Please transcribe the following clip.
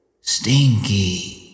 Stinky